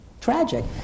tragic